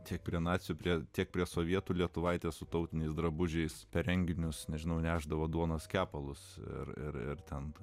tiek prie nacių prie tiek prie sovietų lietuvaites tautiniais drabužiais per renginius nežinau nešdavo duonos kepalus ir ir ten